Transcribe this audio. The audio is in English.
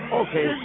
okay